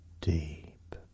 deep